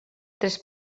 tres